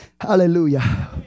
Hallelujah